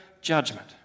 judgment